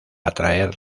atraer